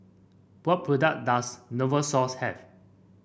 what products does Novosource have